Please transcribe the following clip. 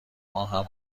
ماهم